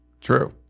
True